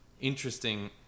interesting